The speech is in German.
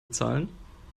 zahlen